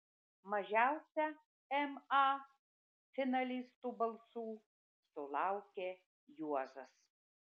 mažiausia ma finalistų balsų sulaukė juozas